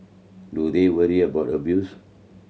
do they worry about abuse